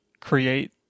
create